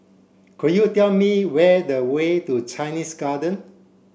could you tell me where the way to Chinese Garden